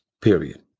Period